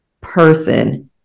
person